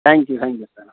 thank you thank you sir